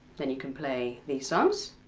then you can play these songs.